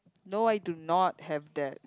no I do not have that